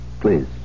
Please